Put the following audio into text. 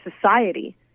society